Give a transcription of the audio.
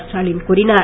ஸ்டாலின் கூறினார்